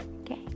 Okay